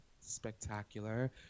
spectacular